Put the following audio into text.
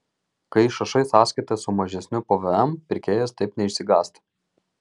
kai išrašai sąskaitą su mažesniu pvm pirkėjas taip neišsigąsta